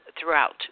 throughout